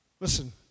Listen